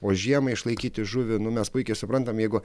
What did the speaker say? o žiemą išlaikyti žuvį nu mes puikiai suprantam jeigu